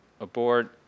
aboard